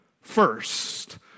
first